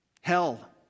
hell